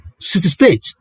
city-state